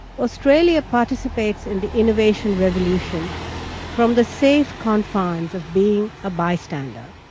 australia participates in the innovation revolution from the safe confines of being a bystander.